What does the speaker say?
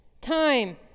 time